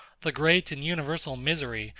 the great and universal misery,